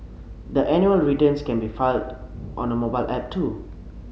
the annual returns can be filed on a mobile app too